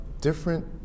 different